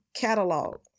catalog